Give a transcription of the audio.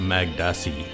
Magdassi